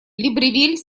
либревиль